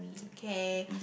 K